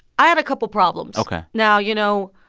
i had a couple of problems ok now, you know,